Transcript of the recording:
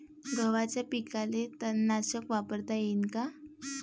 गव्हाच्या पिकाले तननाशक वापरता येईन का?